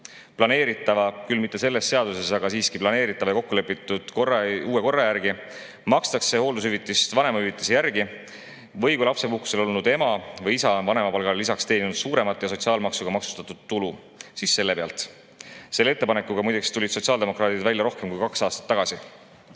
Planeeritava, küll mitte selles seaduses, aga siiski planeeritava ja kokkulepitud uue korra järgi makstakse hooldushüvitist vanemahüvitise järgi või kui lapsepuhkusel olnud ema või isa on vanemapalgale lisaks teeninud suuremat ja sotsiaalmaksuga maksustatud tulu, siis selle pealt. Selle ettepanekuga muideks tulid sotsiaaldemokraadid välja rohkem kui kaks aastat